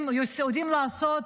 יודעים לעשות